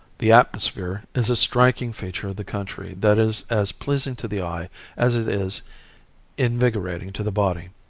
the atmosphere is a striking feature of the country that is as pleasing to the eye as it is invigorating to the body.